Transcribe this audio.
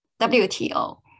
WTO